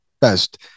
best